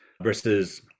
versus